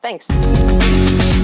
thanks